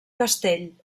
castell